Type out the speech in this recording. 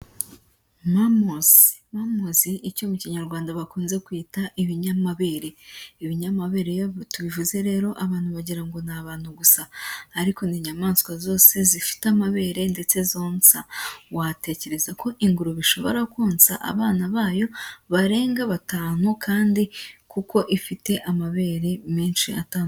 Mamosi, mamosi icyo mu Kinyarwanda bakunze kwita ibinyamabere. Ibinyamabere iyo tubivuze rero abantu bagira ngo ni abantu gusa. Ariko ni inyamaswa zose zifite amabere ndetse zonsa. Watekereza ko ingurube ishobora konsa abana bayo barenga batanu kandi kuko ifite amabere menshi atandukanye...